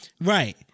right